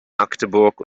magdeburg